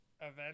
event